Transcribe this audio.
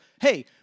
hey